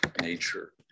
Nature